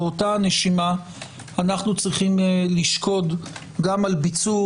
באותה נשימה אנו צריכים לשקוד גם על ביצור